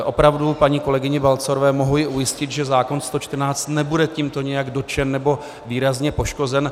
Opravdu paní kolegyni Balcarovou mohu ujistit, že zákon 114 nebude tímto nijak dotčen nebo výrazně poškozen.